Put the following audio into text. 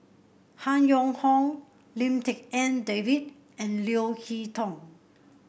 Han Yong Hong Lim Tik En David and Leo Hee Tong